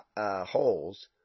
holes